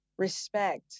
respect